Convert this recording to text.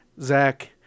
Zach